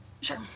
Sure